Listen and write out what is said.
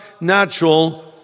natural